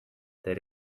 there